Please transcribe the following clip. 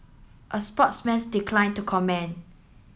a sportsman declined to comment